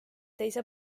teise